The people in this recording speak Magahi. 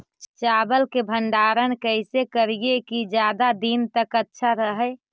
चावल के भंडारण कैसे करिये की ज्यादा दीन तक अच्छा रहै?